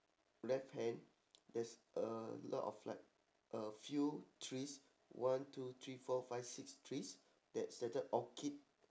left hand there's a lot of like a few trees one two three four five six trees that's stated orchid